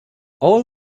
all